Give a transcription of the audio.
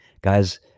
Guys